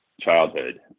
childhood